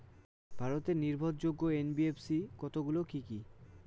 ভারতের নির্ভরযোগ্য এন.বি.এফ.সি কতগুলি কি কি?